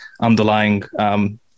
underlying